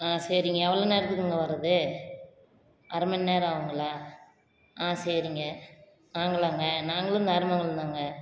ஆ சரிங்க எவ்வளோ நேரத்துக்குங்க வர்றது அரை மணிநேரம் ஆகுங்களா ஆ சரிங்க நாங்களாங்க நாங்களும் தாங்க